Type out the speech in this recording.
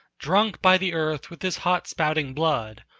drunk by the earth with his hot spouting blood,